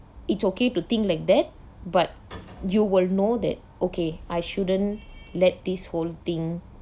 it's okay to think like that but you will know that okay I shouldn't let this whole thing